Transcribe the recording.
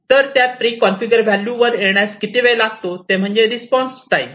तर त्या pre configure value वर येण्यास किती वेळ लागतो ते म्हणजे रिस्पॉन्स टाईम